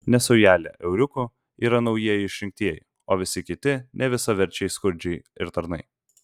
nes saujelė euriukų yra naujieji išrinktieji o visi kiti nevisaverčiai skurdžiai ir tarnai